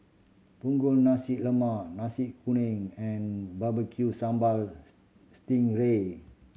Punggol Nasi Lemak Nasi Kuning and Barbecue Sambal sting ray